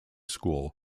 school